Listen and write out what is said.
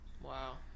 wow